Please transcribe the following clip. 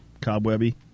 cobwebby